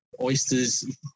oysters